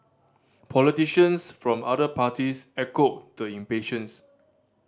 politicians from other parties echoed the impatience